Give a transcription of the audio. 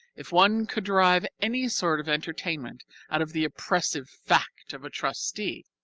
if one could derive any sort of entertainment out of the oppressive fact of a trustee,